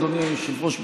אדוני היושב-ראש,